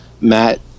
Matt